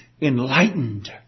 enlightened